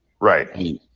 Right